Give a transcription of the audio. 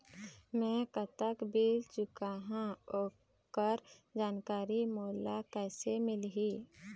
मैं कतक बिल चुकाहां ओकर जानकारी मोला कइसे मिलही?